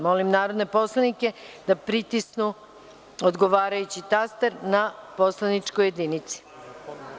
Molim narodne poslanike da pritisnu odgovarajući taster na poslaničkoj jedinici.